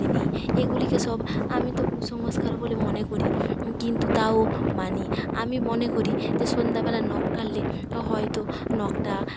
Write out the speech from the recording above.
এগুলিকে সব আমি তো কুসংস্কার বলে মনে করি কিন্তু তাও মানি আমি মনে করি যে সন্ধ্যাবেলা নখ কাটলে হয়তো নখটা